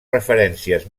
referències